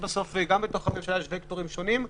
גם בתוך הממשלה יש וקטורים שונים.